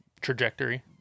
Trajectory